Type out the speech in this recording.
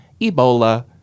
Ebola